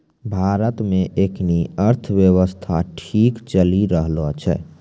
भारत मे एखनी अर्थव्यवस्था ठीक चली रहलो छै